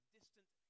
distant